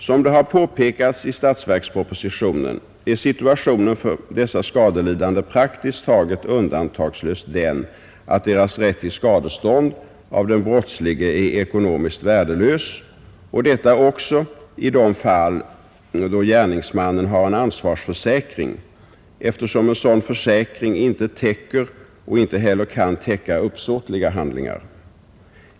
Som det har påpekats i statsverkspropositionen är situationen för dessa skadelidande praktiskt taget undantagslöst den, att deras rätt till skadestånd av den brottslige är ekonomiskt värdelös, och detta också i de fall där gärningsmannen har en ansvarsförsäkring, eftersom en sådan försäkring inte täcker och inte heller kan täcka uppsåtliga handlingar.